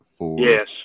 yes